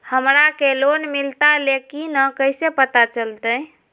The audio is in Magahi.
हमरा के लोन मिलता ले की न कैसे पता चलते?